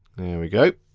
we go,